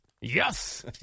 Yes